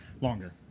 longer